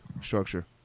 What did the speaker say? structure